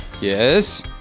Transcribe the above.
yes